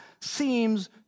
seems